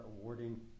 awarding